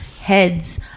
heads